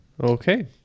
Okay